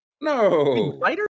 No